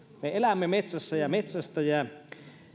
me elämme metsässä ja metsästä ja